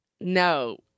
No